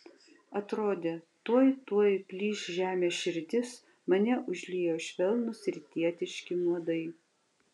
atrodė tuoj tuoj plyš žemės širdis mane užliejo švelnūs rytietiški nuodai